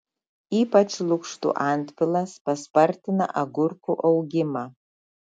ypač lukštų antpilas paspartina agurkų augimą